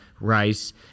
rice